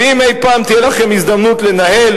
ואם אי-פעם תהיה לכם הזדמנות לנהל,